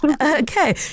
Okay